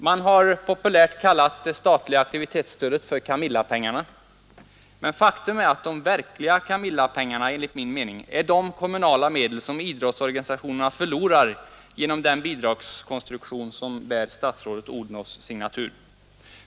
Man har populärt kallat det statliga aktivitetsstödet för Camillapengarna, men faktum är att de verkliga Camillapengarna enligt min mening är de kommunala medel som idrottsorganisationerna förlorar genom den bidragskonstruktion som bär statsrådet Odhnoffs signatur.